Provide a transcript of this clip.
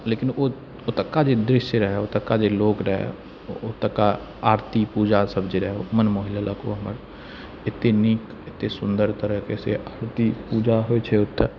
लेकिन ओ ओतौका जे दृश्य रहै ओतौका जे लोक रहै ओतौका आरती पूजा सब जे रहै मन मोहि लेलक ओ हमर एतेक नीक एतेक सुन्दर तरहके से आरती पूजा होइ छै ओतऽ